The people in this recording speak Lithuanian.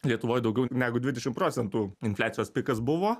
lietuvoj daugiau negu dvidešim procentų infliacijos pikas buvo